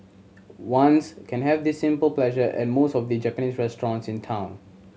ones can have this simple pleasure at most of the Japanese restaurants in town